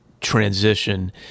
transition